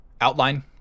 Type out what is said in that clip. outline